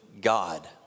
God